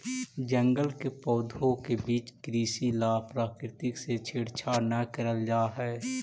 जंगल के पौधों के बीच कृषि ला प्रकृति से छेड़छाड़ न करल जा हई